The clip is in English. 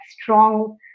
strong